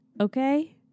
Okay